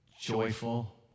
joyful